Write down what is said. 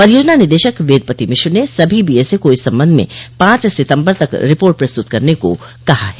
परियोजना निदेशक वेदपति मिश्र ने सभी बीएसए को इस संबंध में पांच सितम्बर तक रिपोर्ट प्रस्तुत करने के कहा है